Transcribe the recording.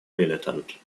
militant